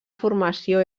formació